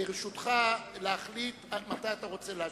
ברשותך להחליט מתי אתה רוצה להשיב,